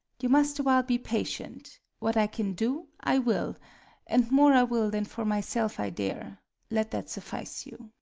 you must awhile be patient what i can do i will and more i will than for myself i dare let that suffice you.